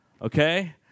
okay